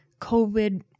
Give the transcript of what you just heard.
COVID